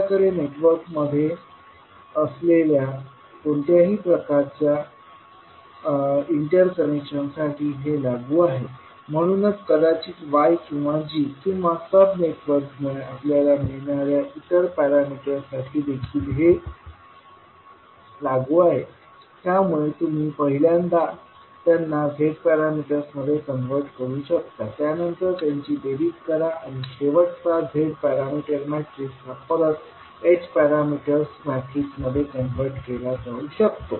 आपल्याकडे नेटवर्क मध्ये असलेल्या कोणत्याही प्रकारच्या इंटरकनेक्शनसाठी हे लागू आहे म्हणूनच कदाचित y किंवा g किंवा सब नेटवर्कमुळे आपल्याला मिळणाऱ्या इतर पॅरामीटरसाठी देखील हे लागू आहे त्यामुळे तुम्ही पहिल्यांदा त्यांना z पॅरामीटर्स मध्ये कन्वर्ट करू शकता त्यानंतर त्यांची बेरीज करा आणि शेवटचा z पॅरामीटर मॅट्रिक्स हा परत h पॅरामीटर्स मॅट्रिक्स मध्ये कन्व्हर्ट केला जाऊ शकते